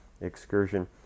excursion